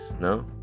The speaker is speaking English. No